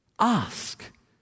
Ask